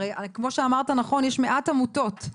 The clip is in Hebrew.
כמו שאמרת נכון, יש מעט עמותות,